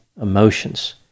emotions